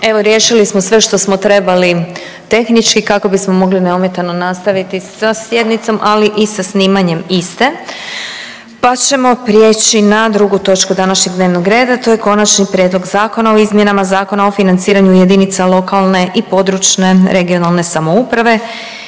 Evo riješili smo sve što smo trebali tehnički kako bismo mogli neometano nastaviti sa sjednicom, ali i sa snimanjem iste, pa ćemo prijeći na drugu točku današnjeg dnevnog reda, to je: - Prijedlog zakona o izmjenama Zakona o financiranju jedinica lokalne i područne (regionalne) samouprave